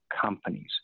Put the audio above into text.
companies